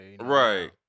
Right